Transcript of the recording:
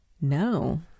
No